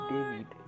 David